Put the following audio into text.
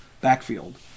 backfield